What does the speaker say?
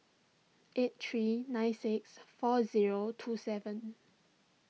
eight three nine six four zero two seven